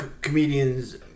comedians